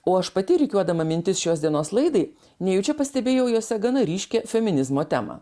o aš pati rikiuodama mintis šios dienos laidai nejučia pastebėjau juose gana ryškią feminizmo temą